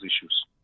issues